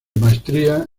maestría